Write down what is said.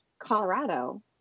Colorado